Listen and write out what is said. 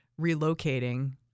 relocating